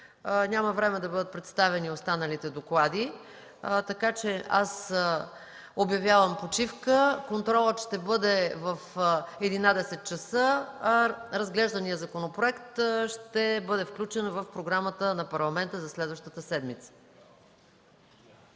няма време да бъдат представени останалите доклади, така че аз обявявам почивка. Контролът ще бъде в 11,00 ч., а разглежданият законопроект ще бъде включен в програмата на Парламента за следващата седмица.